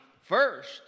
first